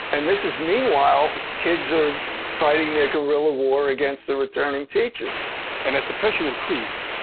and this is meanwhile, kids are fighting their guerrilla war against the returning teachers and as the pressure increased,